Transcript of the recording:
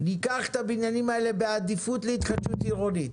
ניקח את הבניינים האלה בעדיפות להתחדשות עירונית,